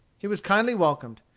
he was kindly welcomed.